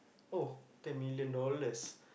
oh ten million dollars